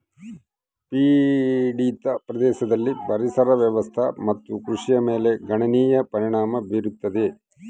ಪೀಡಿತ ಪ್ರದೇಶದಲ್ಲಿ ಪರಿಸರ ವ್ಯವಸ್ಥೆ ಮತ್ತು ಕೃಷಿಯ ಮೇಲೆ ಗಣನೀಯ ಪರಿಣಾಮ ಬೀರತದ